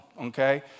okay